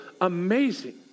amazing